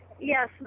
Yes